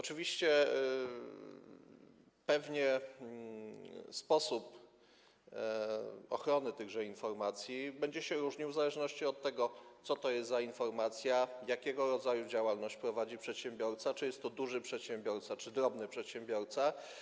Oczywiście pewnie sposób ochrony tychże informacji będzie się różnił w zależności od tego, co to jest za informacja, jakiego rodzaju działalność prowadzi przedsiębiorca, czy jest to duży przedsiębiorca, czy drobny przedsiębiorca.